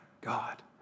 God